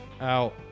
out